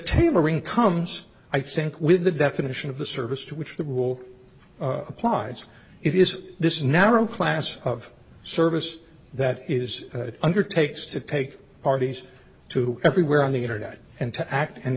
tailoring comes i think with the definition of the service to which the rule applies it is this narrow class of service that is undertakes to take parties to everywhere on the internet and to act and